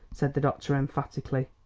said the doctor emphatically.